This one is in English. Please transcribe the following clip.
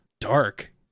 Dark